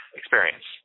experience